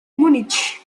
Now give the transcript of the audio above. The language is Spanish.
múnich